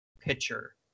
pitcher